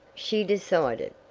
she decided,